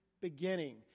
beginning